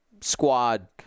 squad